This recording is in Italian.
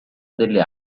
delle